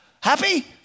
Happy